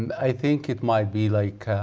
i think it might be like